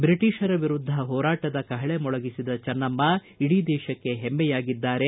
ಬ್ರಿಟೀಷರ ವಿರುದ್ದ ಹೋರಾಟದ ಕಪಕೆ ಮೊಳಗಿಸಿದ ಚನ್ನಮ್ಮ ಇಡೀ ದೇಶಕ್ಕೆ ಹೆಮ್ಮೆಯಾಗಿದ್ದಾರೆ